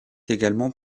également